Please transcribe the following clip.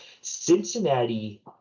Cincinnati